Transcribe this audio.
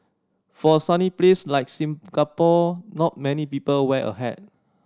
for a sunny place like Singapore not many people wear a hat